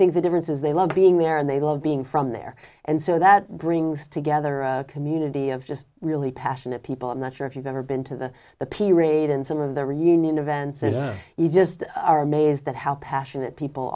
think the difference is they love being there and they love being from there and so that brings together a community of just really passionate people i'm not sure if you've ever been to the the p raid and some of the reunion events in egypt are amazed at how passionate people